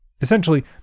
Essentially